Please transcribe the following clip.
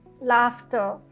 laughter